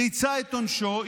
ריצה את עונשו,